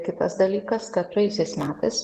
kitas dalykas kad praėjusiais metais